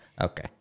okay